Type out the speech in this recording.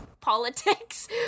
politics